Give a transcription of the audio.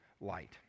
light